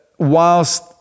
whilst